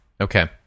okay